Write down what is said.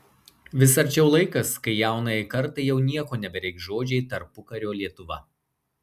vis arčiau laikas kai jaunajai kartai jau nieko nebereikš žodžiai tarpukario lietuva